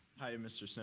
hi, mr. so